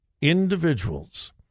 individuals